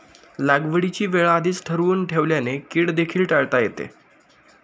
लागवडीची वेळ आधीच ठरवून ठेवल्याने कीड देखील टाळता येते